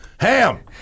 Ham